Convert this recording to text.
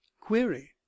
Query